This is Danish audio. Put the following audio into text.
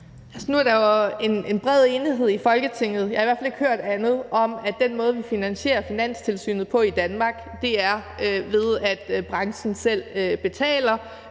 Nu er der jo en bred enighed i Folketinget – jeg har i hvert fald ikke hørt andet – om, at den måde, vi finansierer Finanstilsynet på i Danmark, er, ved at branchen selv betaler